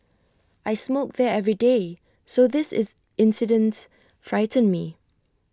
I smoke there every day so this is incidents frightened me